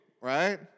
right